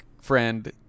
friend